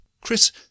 Chris